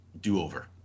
do-over